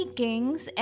kings